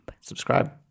Subscribe